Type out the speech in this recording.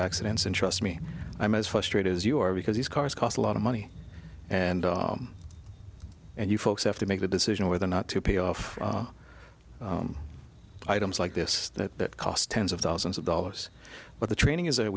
accidents and trust me i'm as frustrated as you are because these cars cost a lot of money and and you folks have to make the decision whether or not to pay off items like this that cost tens of thousands of dollars but the training is that